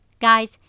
Guys